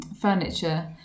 furniture